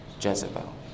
Jezebel